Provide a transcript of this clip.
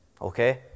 okay